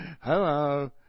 Hello